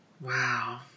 Wow